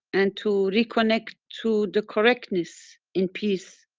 and to reconnect to the correctness, in peace.